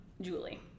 Julie